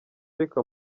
ariko